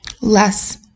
less